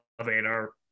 Elevator